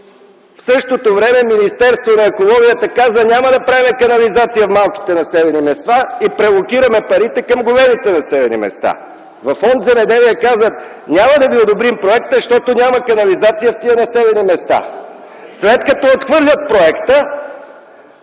В същото време Министерството на околната среда и водите казва: „Няма да правим канализации в малките населени места и преалокиране парите към големите населени места”. Във Фонд „Земеделие” казват: „Няма да ви одобрим проекта, защото няма канализация в тези населени места”. След като отхвърлят проекта,